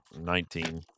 nineteen